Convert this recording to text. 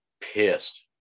pissed